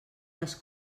les